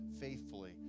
faithfully